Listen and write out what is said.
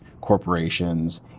corporations